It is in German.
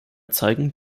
zeigen